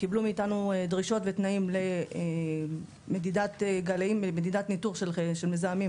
קיבלו מאיתנו דרישות ותנאים למדידת ניטור של מזהמים,